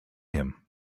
him